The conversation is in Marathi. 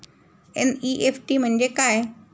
एन.इ.एफ.टी म्हणजे काय?